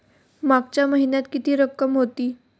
मागच्या महिन्यात किती रक्कम होती?